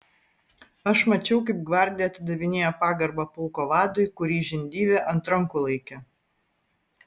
aš mačiau kaip gvardija atidavinėjo pagarbą pulko vadui kurį žindyvė ant rankų laikė